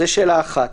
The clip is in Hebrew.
זו שאלה אחת.